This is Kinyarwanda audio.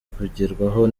kugerwaho